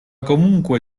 comunque